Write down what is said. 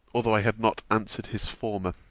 although i had not answered his former.